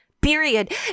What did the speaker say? period